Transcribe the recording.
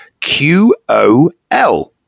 QOL